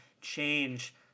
change